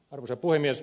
arvoisa puhemies